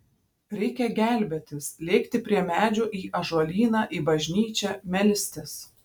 reikia gelbėtis lėkti prie medžių į ąžuolyną į bažnyčią melstis